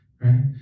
right